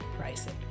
pricing